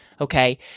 okay